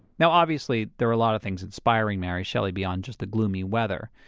now obviously there were a lot of things inspiring mary shelley beyond just the gloomy weather.